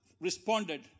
responded